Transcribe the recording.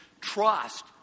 trust